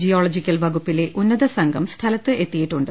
geological വകുപ്പിലെ ഉന്നതസംഘം സ്ഥലത്ത് എത്തിയിട്ടുണ്ട്